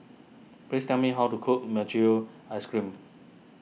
please tell me how to cook Mochi Yu Ice Cream